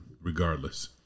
Regardless